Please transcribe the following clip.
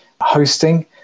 hosting